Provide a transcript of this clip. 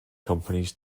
companies